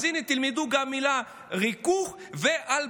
אז הינה, תלמדו עוד מילה: ריכוך והלבנה.